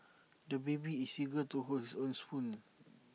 the baby is eager to hold his own spoon